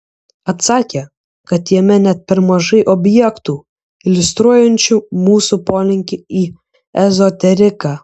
atsakė kad jame net per mažai objektų iliustruojančių mūsų polinkį į ezoteriką